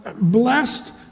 blessed